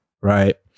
right